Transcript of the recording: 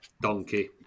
donkey